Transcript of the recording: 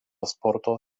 sporto